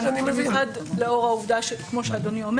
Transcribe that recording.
במיוחד לאור העובדה כמו שאדוני אומר